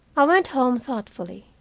i went home thoughtfully.